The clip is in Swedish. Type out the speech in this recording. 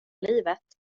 livet